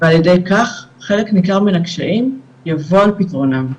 ועל ידי כך חלק ניכר מהקשיים יבוא על פתרונם.